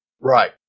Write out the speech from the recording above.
Right